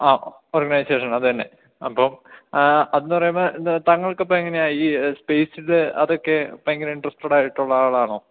ആ ഓർഗനൈസേഷൻ അതുതന്നെ അപ്പം അതെന്നു പറയുമ്പോൾ എന്താ താങ്കൾക്കപ്പം എങ്ങനെയാ ഈ സ്പേസിൽ അതൊക്കെ ഭയങ്കര ഇൻട്രസ്റ്റഡ് ആയിട്ടുള്ള ആളാണോ